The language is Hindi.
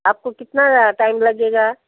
आप को कितना ज़्यादा टाइम लगेगा